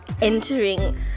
entering